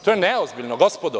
To je neozbiljno gospodo.